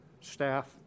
staff